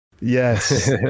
Yes